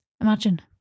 Imagine